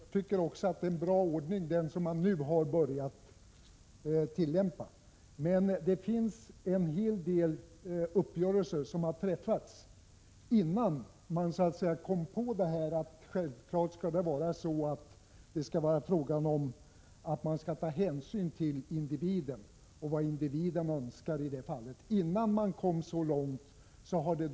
Fru talman! Även jag tycker att det är en bra ordning som man nu har börjat tillämpa, men en hel del avtal hade hunnit träffas innan man kom på att man naturligtvis skall ta hänsyn till individen och vad individen önskar i det här sammanhanget.